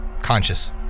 conscious